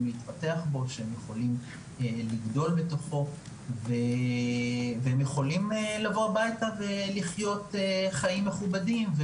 להתפתח ולגדול בתוכו והם יכולים לבוא הביתה ולחיות חיים מכובדים,